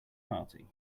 party